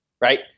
Right